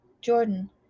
jordan